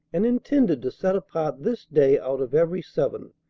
and intended to set apart this day out of every seven,